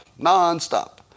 nonstop